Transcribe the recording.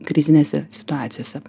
krizinėse situacijose